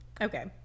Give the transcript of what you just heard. Okay